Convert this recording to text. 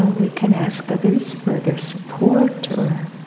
ah we can ask others for their support or